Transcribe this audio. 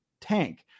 tank